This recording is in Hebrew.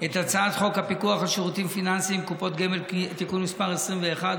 את הצעת חוק הפיקוח על שירותים פיננסיים (קופות גמל) (תיקון מס' 21),